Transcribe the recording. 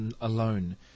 alone